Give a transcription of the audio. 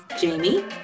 Jamie